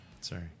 Sorry